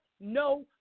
no